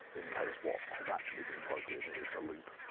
in case what has actually been plugged in is a loop,